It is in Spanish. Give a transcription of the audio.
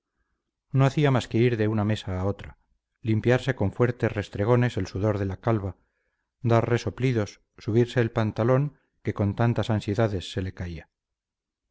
no hacía más que ir de una mesa a otra limpiarse con fuertes restregones el sudor de la calva dar resoplidos subirse el pantalón que con tantas ansiedades se le caía